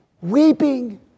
Weeping